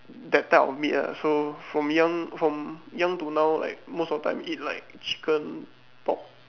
that type of meat ah so from young from young to now like most of time eat like chicken pork